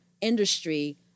industry